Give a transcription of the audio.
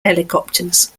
helicopters